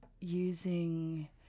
using